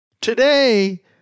Today